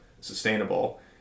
sustainable